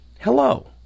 hello